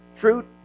Fruit